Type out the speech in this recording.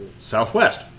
Southwest